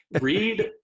Read